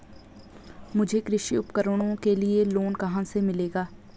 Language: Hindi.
मुझे कृषि उपकरणों के लिए लोन कहाँ से मिलेगा?